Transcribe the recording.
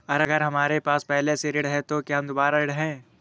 अगर हमारे पास पहले से ऋण है तो क्या हम दोबारा ऋण हैं?